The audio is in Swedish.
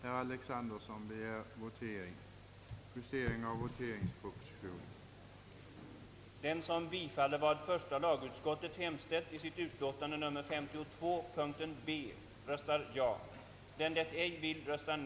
Den skapar nämligen en särklass av barn som över huvud taget inte får någon fader fastställd. För närvarande blir i regel faderskapet fastställt.